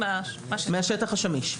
מהשטח השמיש.